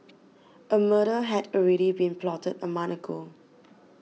a murder had already been plotted a month ago